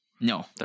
No